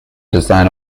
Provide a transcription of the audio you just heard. design